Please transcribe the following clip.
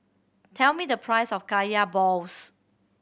tell me the price of Kaya balls